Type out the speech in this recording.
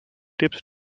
tips